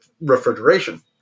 refrigeration